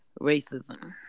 Racism